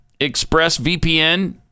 ExpressVPN